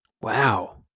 wow